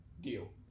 Deal